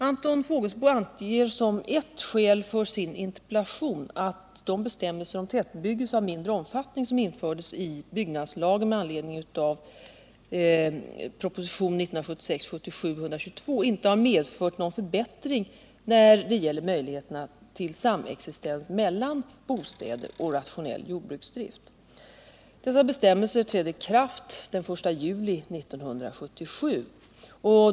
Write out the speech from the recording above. Anton Fågelsbo anger som ett skäl för sin interpellation att de bestämmelser om tätbebyggelse av mindre omfattning som infördes i byggnadslagen med anledning av propositionen 1976/77:122 inte har medfört någon förbättring när det gäller möjligheterna till samexistens mellan bostäder och rationell jordbruksdrift. Dessa bestämmelser trädde i kraft den 1 juli 1977.